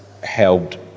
helped